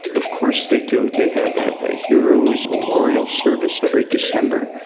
of course they do. they have a heroes memorial service every december.